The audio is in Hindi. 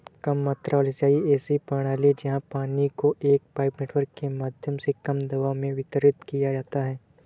कम मात्रा वाली सिंचाई ऐसी प्रणाली है जहाँ पानी को एक पाइप नेटवर्क के माध्यम से कम दबाव में वितरित किया जाता है